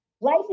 Life